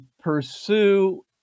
pursue